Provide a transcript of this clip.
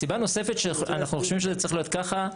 סיבה נוספת שאנחנו חושבים שזה צריך להיות ככה,